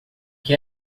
que